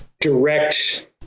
direct